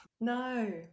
No